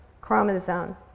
chromosome